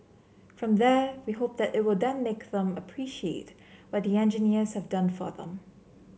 from there we hope that it will then make them appreciate what the engineers have done for them